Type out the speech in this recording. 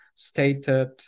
stated